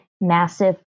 massive